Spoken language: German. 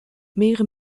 mehrere